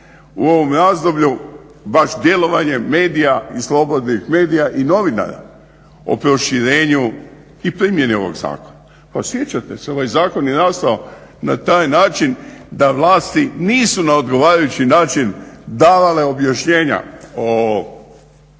u ovom razdoblju baš djelovanjem medija i slobodnih medija i novinara o proširenju i primjeni ovog zakona. Pa sjećate se, ovaj zakon je nastao na taj način da vlasti nisu na odgovarajući način davale objašnjenja o